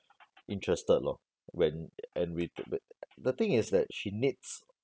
interested lor when and we the thing is that she needs